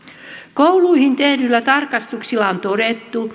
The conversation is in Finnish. kouluihin tehdyillä tarkastuksilla on todettu